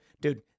dude